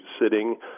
sitting